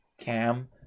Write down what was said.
cam